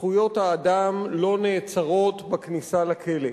זכויות האדם לא נעצרות בכניסה לכלא.